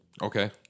Okay